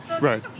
Right